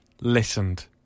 listened